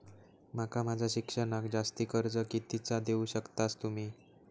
माका माझा शिक्षणाक जास्ती कर्ज कितीचा देऊ शकतास तुम्ही?